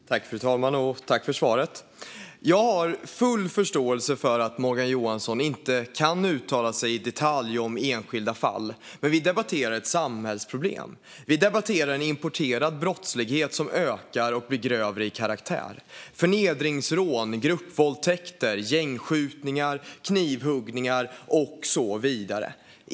Fru talman! Jag tackar för svaret. Jag har full förståelse för att Morgan Johansson inte kan uttala sig i detalj om enskilda fall. Men vi debatterar ett samhällsproblem. Vi debatterar en importerad brottslighet som ökar och blir grövre i karaktär - förnedringsrån, gruppvåldtäkter, gängskjutningar, knivhuggningar och så vidare.